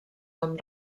amb